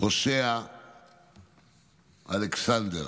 הושע אלכסנדר.